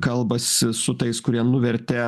kalbasi su tais kurie nuvertė